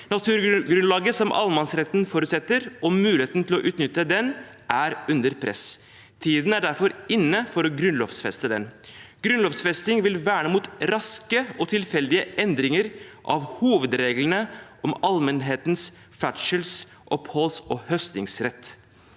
Naturgrunnlaget som allemannsretten forutsetter, og muligheten til å utnytte den, er under press. Tiden er derfor inne for å grunnlovfeste den. Grunnlovfesting vil verne mot raske og tilfeldige endringer av hoved reglene om allmennhetens ferdsels-, oppholds- og høstingsrett.